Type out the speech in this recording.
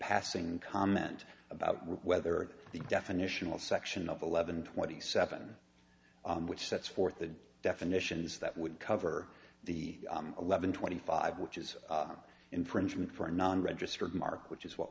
passing comment about whether the definition of section of eleven twenty seven which sets forth the definitions that would cover the eleven twenty five which is infringement for non registered mark which is what